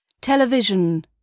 television